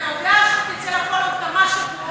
אתה יודע שתצא לפועל בעוד כמה שבועות.